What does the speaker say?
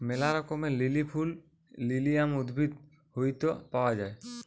ম্যালা রঙের লিলি ফুল লিলিয়াম উদ্ভিদ হইত পাওয়া যায়